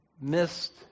missed